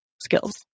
skills